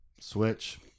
switch